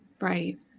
Right